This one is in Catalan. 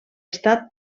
estat